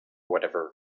whatever